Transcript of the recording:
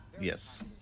Yes